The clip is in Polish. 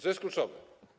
Co jest kluczowe?